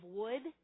wood